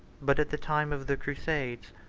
but at the time of the crusade,